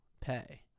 pay